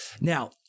Now